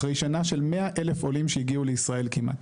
אחרי שנה של 100,000 עולים שהגיעו לישראל כמעט.